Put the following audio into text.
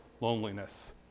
loneliness